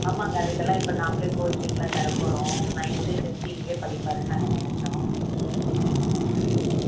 ஆமாம்ங்க அதுக்கெல்லாம் இப்போ நாமளே கோச்சிங் எல்லாம் தரப்போகறோம் நைன்த்து டென்த்த்து இங்கேயே படிப்பாருன்னு நாங்கள் நினச்சோம் ஆ